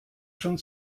schon